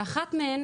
שאחד מהם